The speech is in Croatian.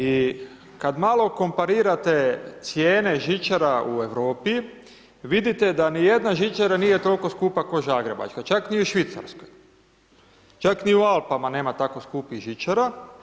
I kad malo komparirate cijene žičara u Europi vidite da ni jedna žičara nije toliko skupa ko' zagrebačka, čak ni u Švicarskoj, čak ni u Alpama nema tako skupih žičara.